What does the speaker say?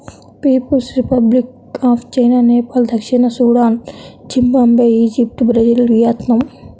peoples republic of China, Nepal దక్షిణ Sudan, Zimbabwe, Egypt, Brazil, Vietnam